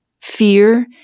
fear